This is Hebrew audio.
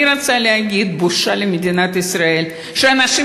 אני רוצה להגיד: בושה למדינת ישראל שאנשים